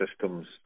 systems